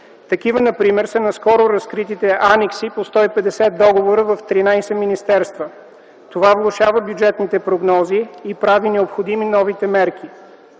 Такива например са наскоро разкритите анекси по 150 договора в 13 министерства. Това влошава бюджетните прогнози и прави необходими новите мерки.